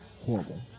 Horrible